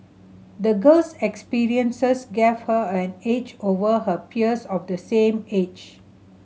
the girl's experiences gave her an edge over her peers of the same age